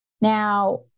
Now